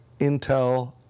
Intel